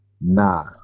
Nah